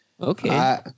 Okay